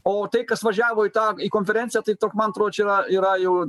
o tai kas važiavo į tą konferenciją tai toks man atrodo čia yra yra jau